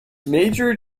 major